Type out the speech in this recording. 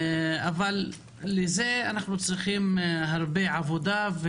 לשם כך אנחנו צריכים הרבה עבודה,